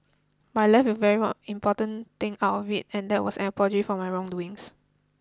but I left it very one important thing out of it and that was an apology for my wrong doings